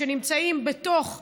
שנמצאים בתוך בניינים,